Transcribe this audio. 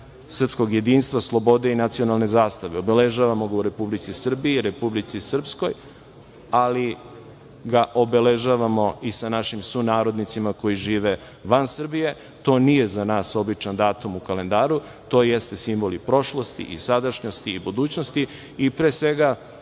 srpskog jedinstva, slobode i nacionalne zastave, obeležavamo ga u Republici Srbiji i Republici Srpskoj, ali ga obeležavamo i sa našim sunarodnicima koji žive van Srbije i to nije za nas običan datum u kalendaru, to jeste simbol prošlosti i sadašnjosti, i budućnosti i pre svega